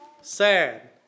sad